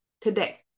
today